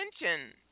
attention